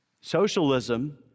Socialism